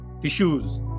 tissues